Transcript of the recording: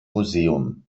museum